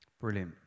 brilliant